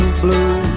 blue